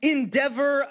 Endeavor